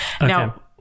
now